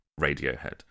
Radiohead